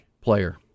player